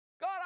God